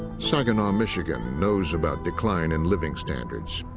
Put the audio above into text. saginaw, michigan, knows about decline in living standards.